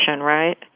right